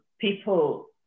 People